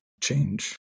change